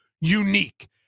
unique